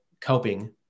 coping